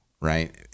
right